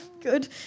good